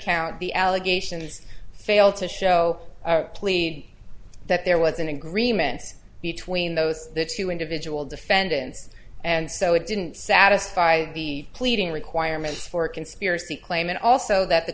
count the allegations fail to show that there was an agreement between those two individual defendants and so it didn't satisfy the pleading requirements for a conspiracy claim and also that the